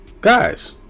guys